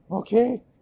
Okay